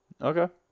Okay